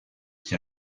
qui